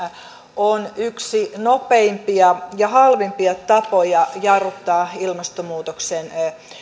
on yksi nopeimpia ja halvimpia tapoja jarruttaa ilmastonmuutoksen